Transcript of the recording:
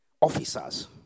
Officers